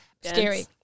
scary